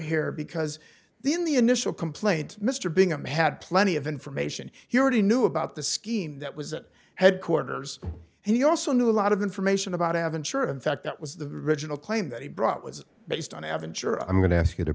here because the in the initial complaint mr bingham had plenty of information he already knew about the scheme that was headquarters and he also knew a lot of information about have insurance fact that was the original claim that he brought was based on aventura i'm going to ask you to